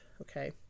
okay